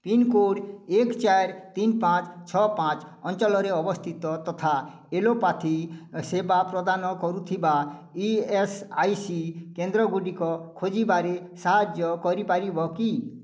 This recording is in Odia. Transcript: ପିନ୍କୋଡ଼ ଏକ ଚାରି ତିନି ପାଞ୍ଚ ଛଅ ପାଞ୍ଚ ଅଞ୍ଚଳରେ ଅବସ୍ଥିତ ତଥା ଏଲୋପାଥି ସେବା ପ୍ରଦାନ କରୁଥିବା ଇ ଏସ୍ ଆଇ ସି କେନ୍ଦ୍ରଗୁଡ଼ିକ ଖୋଜିବାରେ ସାହାଯ୍ୟ କରିପାରିବ କି